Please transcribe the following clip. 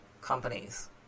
companies